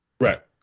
Right